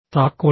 താക്കോൽ